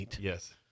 Yes